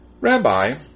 Rabbi